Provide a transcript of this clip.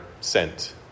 sent